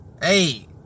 hey